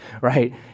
right